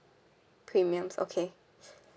premiums okay